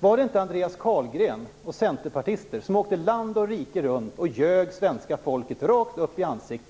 Var det inte Andreas Carlgren och andra centerpartister som åkte land och rike runt och ljög svenska folket rakt upp i ansiktet?